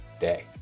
day